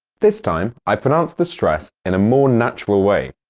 this time, i pronounced the stress in a more natural way.